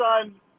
son